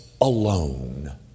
alone